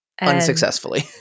Unsuccessfully